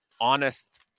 honest